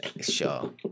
Sure